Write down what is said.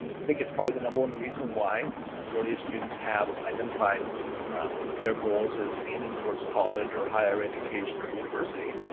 i think it's probably the number one reason why majority of the students have identified their goals as aiming towards college or higher education or university.